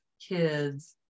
kids